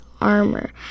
armor